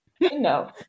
No